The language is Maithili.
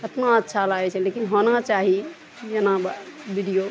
कतना अच्छा लागय छै लेकिन होना चाही एना वीडियो